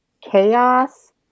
chaos